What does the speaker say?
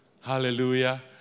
Hallelujah